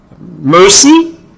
Mercy